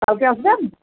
কালকে আসবেন